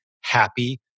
happy